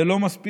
זה לא מספיק.